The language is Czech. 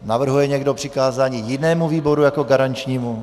Navrhuje někdo přikázání jinému výboru jako garančnímu?